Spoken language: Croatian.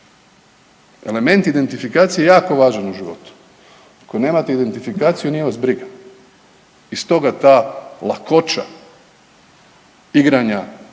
Element identifikacije je jako važan u životu. Ako nemate identifikaciju nije vas briga i stoga ta lakoća igranja